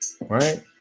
Right